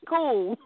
Cool